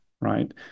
Right